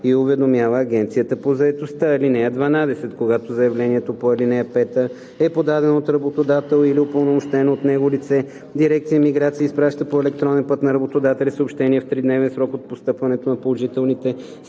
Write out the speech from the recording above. и уведомява Агенцията по заетостта. (12) Когато заявлението по ал. 5 е подадено от работодател или упълномощено от него лице, дирекция „Миграция“ изпраща по електронен път на работодателя съобщение в тридневен срок от постъпването на положителни становища